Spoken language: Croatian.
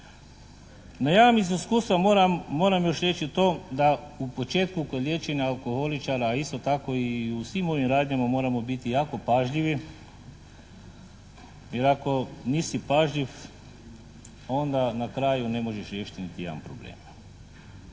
No ja vam iz iskustva moram, moram još reći to da u početku kod liječenja alkoholičara a isto tako i u svim ovim radnjama moramo biti jako pažljivi jer ako nisi pažljiv onda na kraju ne možeš riješiti niti jedan problem.